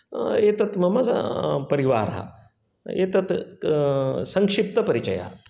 एतत् मम स् परिवारः एतत् सङ्क्षिप्तपरिचयः